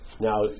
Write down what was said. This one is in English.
Now